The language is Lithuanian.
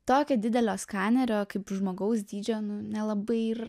tokio didelio skanerio kaip žmogaus dydžio nelabai ir